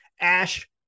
Ash